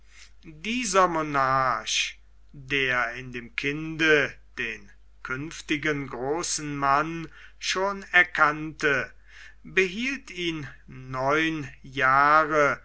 dieser monarch der in dem kinde den künftigen großen mann schon erkannte behielt ihn neun jahre